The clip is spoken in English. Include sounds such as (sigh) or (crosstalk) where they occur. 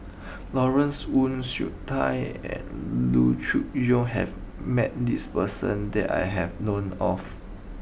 (noise) Lawrence Wong Shyun Tsai and Loo Choon Yong has met this person that I have known of